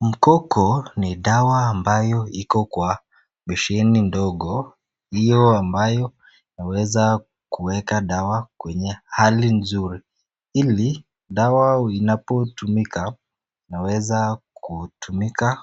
Mkoko ni dawa ambayo iko kwa besheni ndogo. Hiyo ambayo huweza kuweka dawa kwenye hali nzuri ili dawa inapotumika inaweza kutumika